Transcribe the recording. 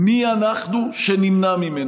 מי אנחנו שנמנע ממנו?